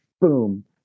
boom